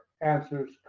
answers